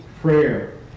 prayer